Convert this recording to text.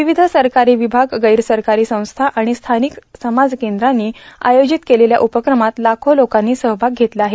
विविध सरकारी विभाग गैर सरकारी संस्था आणि स्थानिक समाज केंद्रांनी आयोजित केलेल्या उपक्रमात लाखो लोकांनी सहभाग घेतला आहे